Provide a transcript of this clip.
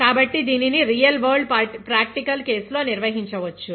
కాబట్టి దీనిని real world practical cases లో నిర్వహించవచ్చు